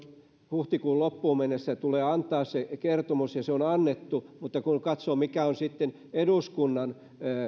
huhtikuun loppuun mennessä tulee antaa se kertomus ja se on annettu mutta kun katsoo mitkä ovat sitten eduskunnan